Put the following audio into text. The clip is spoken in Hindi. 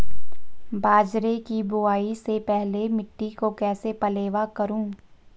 बाजरे की बुआई से पहले मिट्टी को कैसे पलेवा करूं?